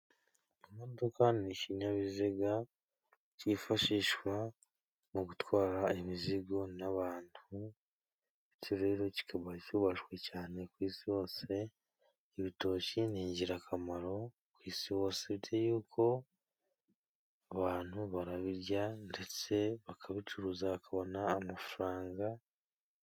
Imodoka ni ikinyabiziga c' ifashishwa mu gutwara imizigo n' abantu ndetse rero kikaba cubashwe cyane ku isi hose. Ibitoki ni ingirakamaro ku isi hose kuko abantu barabirya ndetse bakabicuruza bakabona amafaranga.